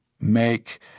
make